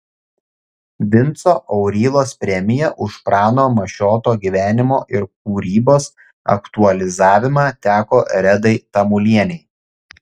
vinco aurylos premija už prano mašioto gyvenimo ir kūrybos aktualizavimą teko redai tamulienei